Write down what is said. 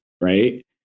right